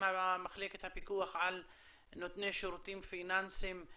עם מחלקת הפיקוח על נותני שירותים פיננסים,